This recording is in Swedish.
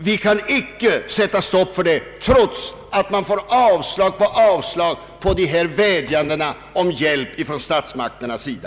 Vi kan inte sätta stopp för denna hjälp, trots att vi får avslag på avslag på dessa vädjanden om hjälp från statsmakternas sida.